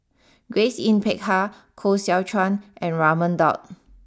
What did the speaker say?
Grace Yin Peck Ha Koh Seow Chuan and Raman Daud